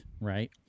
right